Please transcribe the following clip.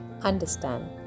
understand